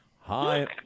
Hi